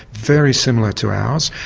very similar to ours,